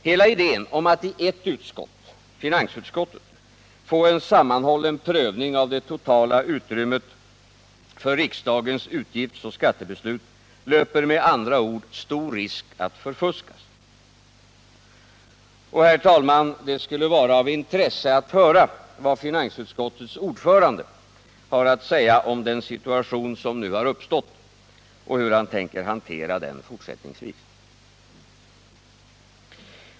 Hela idén om att i ett utskott — finansutskottet — få en sammanhållen 51 prövning av det totala utrymmet för riksdagens utgiftsoch skattebeslut löper med andra ord stor risk att förfuskas. Och, herr talman, det skulle vara av intresse att höra vad finansutskottets ordförande har att säga om den situation som nu har uppstått och hur han tänker hantera den fortsättningsvis.